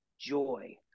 joy